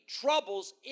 troubles